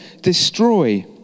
destroy